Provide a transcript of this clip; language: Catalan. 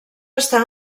està